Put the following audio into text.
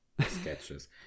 sketches